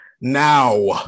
now